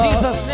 Jesus